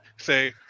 say